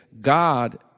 God